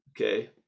okay